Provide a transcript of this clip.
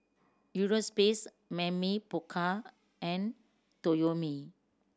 Europace Mamy Poko and Toyomi